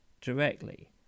directly